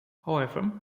however